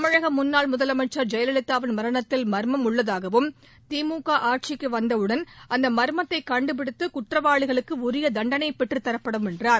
தமிழக முன்னாள் முதலமைச்சர் ஜெயலவிதாவின் மரணத்தில் மர்மம் உள்ளதாகவும் திமுக ஆட்சிக்கு வந்தவுடன் அந்த மர்மத்தை கண்டுபிடித்து குற்றவாளிகளுக்கு உரிய தண்டளை பெற்றுத்தரப்படும் என்றார்